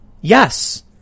Yes